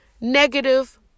negative